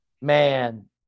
Man